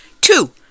Two